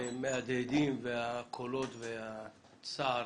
הדברים, הקולות וצער